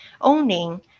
owning